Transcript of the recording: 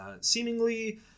seemingly